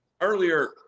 earlier